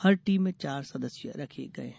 हर team में चार सदस्य रखे गये है